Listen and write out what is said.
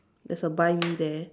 there's a buy me there